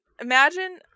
imagine